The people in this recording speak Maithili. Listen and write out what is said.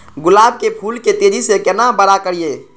गुलाब के फूल के तेजी से केना बड़ा करिए?